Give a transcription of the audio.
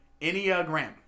Enneagram